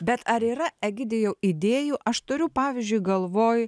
bet ar yra egidijau idėjų aš turiu pavyzdžiui galvoj